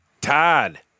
Todd